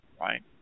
right